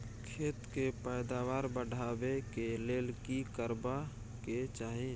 खेत के पैदावार बढाबै के लेल की करबा के चाही?